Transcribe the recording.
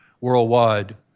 worldwide